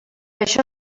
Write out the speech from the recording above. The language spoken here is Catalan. això